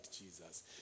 Jesus